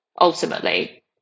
ultimately